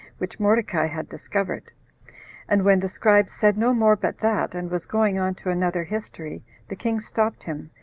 which mordecai had discovered and when the scribe said no more but that, and was going on to another history, the king stopped him,